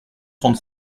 trente